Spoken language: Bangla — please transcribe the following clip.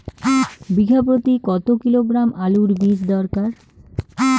বিঘা প্রতি কত কিলোগ্রাম আলুর বীজ দরকার?